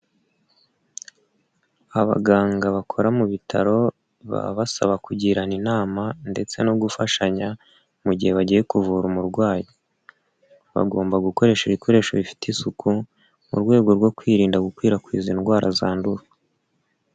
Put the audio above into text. Abaganga bakora mu bitaro, baba basaba kugirana inama ndetse no gufashanya mu gihe bagiye kuvura umurwayi, bagomba gukoresha ibikoresho bifite isuku mu rwego rwo kwirinda gukwirakwiza indwara zandura.